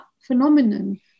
phenomenon